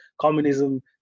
communism